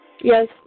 Yes